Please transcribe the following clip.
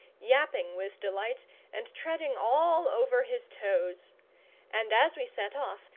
yapping with delight and treading all over his toes and as we set off,